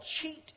cheat